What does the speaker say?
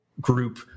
group